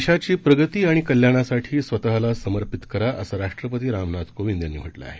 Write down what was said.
देशाची प्रगती आणि कल्याणासाठी स्वतःला समर्पित करा असं राष्ट्रपती रामनाथ कोविंद यांनी म्हटलं आहे